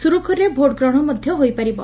ସୁରୁଖୁରୁରେ ଭୋଟ୍ ଗ୍ରହଶ ମଧ୍ଧ ହୋଇପାରିବ